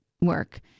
work